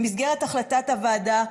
במסגרת החלטת הוועדה,